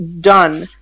done